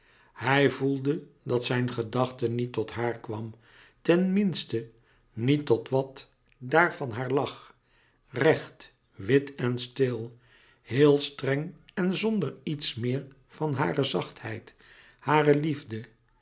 hij voelde dat zijn gedachte niet tot haar kwam ten minste niet tot wat daar van haar lag recht wit en stil heel streng en zonder iets meer van hare zachtheid hare liefde